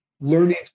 learning